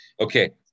Okay